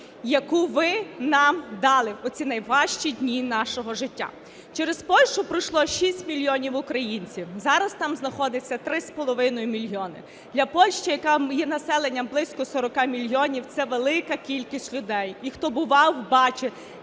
яку ви нам дали у цій найважчі дні нашого життя. Через Польщу пройшло шість мільйонів українців, зараз там знаходиться три з половиною мільйони, для Польщі, яка є населенням близько сорока мільйонів – це велика кількість людей. І хто бував, бачив,